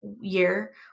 year